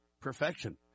perfection